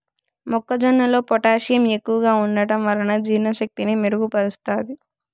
మొక్క జొన్నలో పొటాషియం ఎక్కువగా ఉంటడం వలన జీర్ణ శక్తిని మెరుగు పరుస్తాది